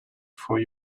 for